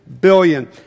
billion